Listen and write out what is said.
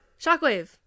Shockwave